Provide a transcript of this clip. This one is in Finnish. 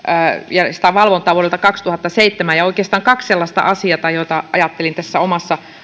ja valvontaa vuodelta kaksituhattaseitsemäntoista oikeastaan on kaksi sellaista asiaa joita ajattelin tässä omassa